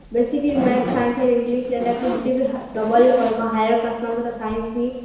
ବେଶୀ କରି math science ଆର୍ ଇଂଲିଶ୍ ଯେନଟା କି ହେତି ବି ଡବଲ୍ କରମା ହାୟର୍ କ୍ଲାସ୍ ମାନକୁଁ ତ ସାଇନ୍ସ୍ ବି